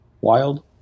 wild